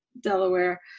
Delaware